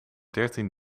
dertien